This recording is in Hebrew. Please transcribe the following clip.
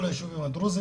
כל היישובים הדרוזים,